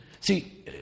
See